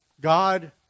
God